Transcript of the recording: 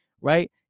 right